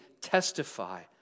testify